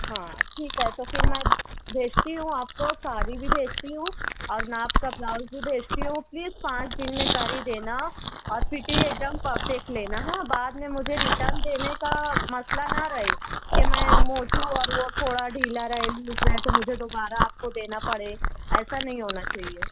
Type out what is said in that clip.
ہاں ٹھیک ہے تو پھر میں بھیجتی ہوں آپ کو ساڑی بھی بھيجتى ہوں اور ناپ كا بلاؤز بھى بھيجتى ہوں پليز پانچ دن میں کر ہی دینا اور فٹنگ ایک دم پرفیکٹ لینا ہاں بعد میں مجھے ریٹرن دینے کا مسئلہ نہ رہے کہ میں موچوں اور وہ تھوڑا ڈھیلا رہے لوز رہے تو مجھے دوبارہ آپ کو دینا پڑے ایسا نہیں ہونا چاہیے